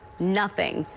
nothing.